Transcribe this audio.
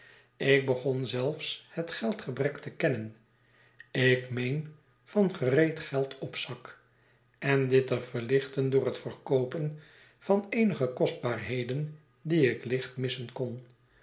ik begon zelfs het geldgebrek te kennen ikraeen van gereed geld op zak en dit te verlichten door het verkoopen van eenige kostbaarheden die ik licht missen kon